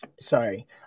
sorry